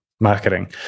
marketing